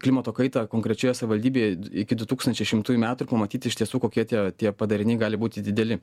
klimato kaitą konkrečioje savivaldybėje iki du tūkstančiai šimtųjų metų ir pamatyti iš tiesų kokie tie tie padariniai gali būti dideli